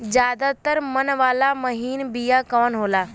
ज्यादा दर मन वाला महीन बिया कवन होला?